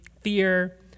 fear